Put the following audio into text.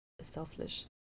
selfish